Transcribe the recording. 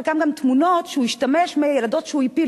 חלקן גם תמונות שהוא השתמש מהילדות שהוא הפיל,